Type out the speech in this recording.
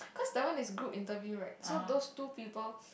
cause that one is group interview right so those two people